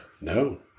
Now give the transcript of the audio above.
No